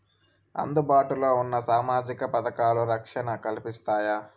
అందుబాటు లో ఉన్న సామాజిక పథకాలు, రక్షణ కల్పిస్తాయా?